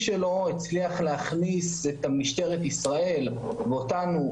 שלו הצליח להכניס את משטרת ישראל ואותנו,